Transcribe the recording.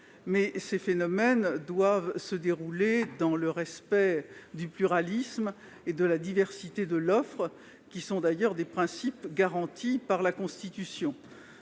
doivent toutefois se dérouler dans le respect du pluralisme et de la diversité de l'offre, qui sont d'ailleurs des principes garantis par la Constitution.